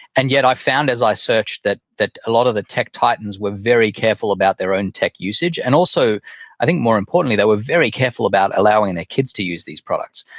and yet i found as i searched that that a lot of the tech titans were very careful about their own tech usage, and also i think more importantly, they were very careful about allowing their kids to use these products.